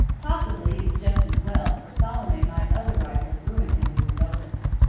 possibly it was just as well, for salome might otherwise have ruined him with indulgence.